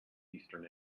eastern